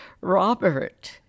Robert